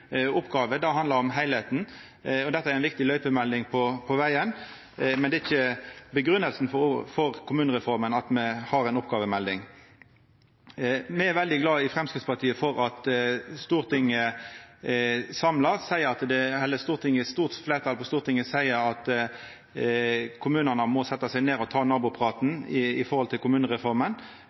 oppgåver. Kommunereforma er viktigare enn berre oppgåver. Det handlar om heilskapen. Dette er ei viktig løypemelding på vegen, men det er ikkje grunngjevinga for kommunereforma at me har ei oppgåvemelding. Me i Framstegspartiet er veldig glade for at eit stort fleirtal på Stortinget seier at kommunane må setja seg ned og ta nabopraten i forhold til kommunereforma.